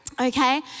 okay